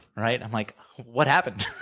right? i'm like what happened?